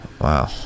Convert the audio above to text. Wow